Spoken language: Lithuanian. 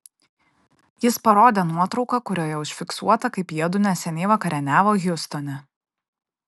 jis parodė nuotrauką kurioje užfiksuota kaip jiedu neseniai vakarieniavo hjustone